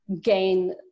gain